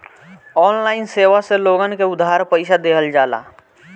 online सेवा से लोगन के उधार पईसा देहल जाला